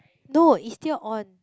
no is still on